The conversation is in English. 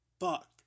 fuck